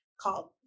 called